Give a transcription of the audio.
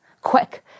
Quick